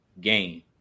game